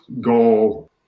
goal